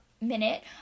minute